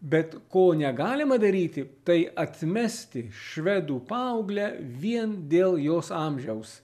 bet ko negalima daryti tai atmesti švedų paauglę vien dėl jos amžiaus